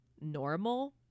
normal